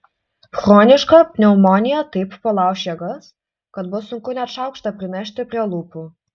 chroniška pneumonija taip palauš jėgas kad bus sunku net šaukštą prinešti prie lūpų